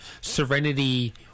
serenity